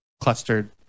clustered